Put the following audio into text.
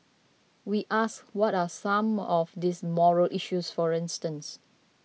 we asked what were some of these morale issues for instance